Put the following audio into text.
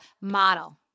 model